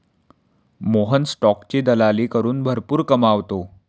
मोहन स्टॉकची दलाली करून भरपूर कमावतो